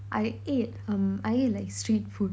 I ate um I ate like street food